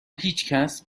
هیچکس